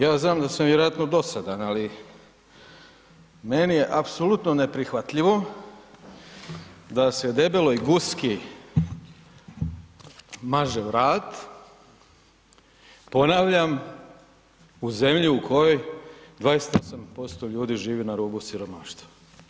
Ja znam da sam vjerojatno dosadan, ali meni je apsolutno neprihvatljivo da se debeloj guski maže vrat, ponavljam, u zemlji u kojoj 28% ljudi živi na rubu siromaštva.